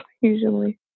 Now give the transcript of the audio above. usually